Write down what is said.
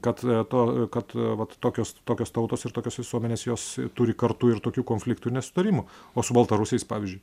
kad to kad vat tokios tokios tautos ir tokios visuomenės jos turi kartu ir tokių konfliktų ir nesutarimų o su baltarusiais pavyzdžiui